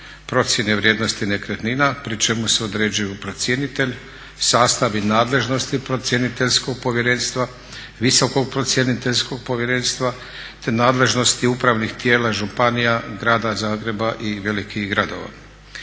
procjene vrijednosti nekretnina pri čemu se određuju procjenitelj, sastav i nadležnosti procjeniteljskog povjerenstva, visokog procjeniteljskog povjerenstva, te nadležnosti upravnih tijela županija, grada Zagreba i velikih gradova.